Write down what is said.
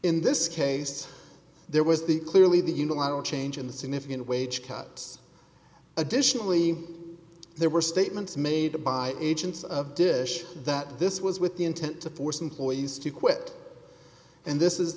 in this case there was the clearly the unilateral change in the significant wage cuts additionally there were statements made by agents of dish that this was with the intent to force employees to quit and this is